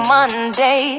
Monday